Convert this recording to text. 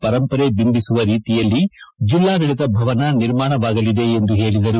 ಪರಂಪರೆ ಬಿಂಬಿಸುವ ರೀತಿಯಲ್ಲಿ ಜಿಲ್ಲಾಡಳಿತ ಭವನ ನಿರ್ಮಾಣವಾಗಲಿದೆ ಎಂದು ಹೇಳದರು